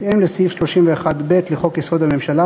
בהתאם לסעיף 31(ב) לחוק-יסוד: הממשלה,